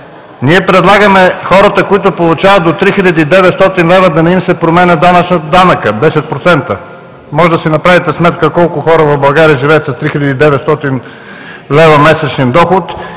ние предлагаме хората, които получават до 3 хил. 900 лв., да не им се променя данъкът от 10%. Може да си направите сметка колко хора в България живеят с 390 лв. месечен доход